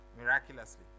Miraculously